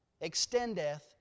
extendeth